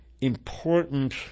important